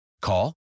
Call